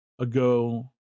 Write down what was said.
ago